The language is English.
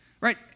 right